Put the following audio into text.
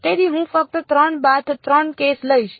તેથી હું ફક્ત 3 બાય 3 કેસ લઈશ